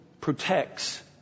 protects